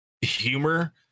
humor